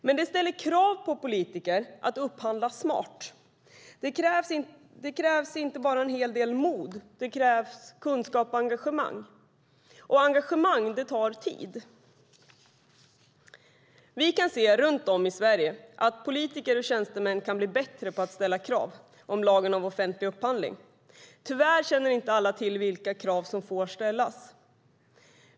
Men det ställer krav på politiker att upphandla smart. Det krävs inte bara en hel del mod utan även kunskap och engagemang, och engagemang tar tid. Vi kan runt om i Sverige se att politiker och tjänstemän kan bli bättre på att ställa krav enligt lagen om offentlig upphandling. Tyvärr känner inte alla till vilka krav som får ställas.